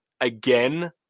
again